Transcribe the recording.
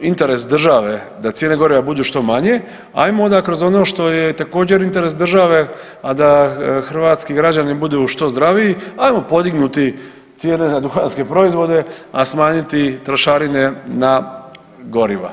interes države da cijene goriva budu što manje, hajmo onda kroz ono što je također interes države, a da hrvatski građani budu što zdraviji, hajmo podignuti cijene na duhanske proizvode a smanjiti trošarine na goriva.